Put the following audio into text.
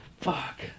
Fuck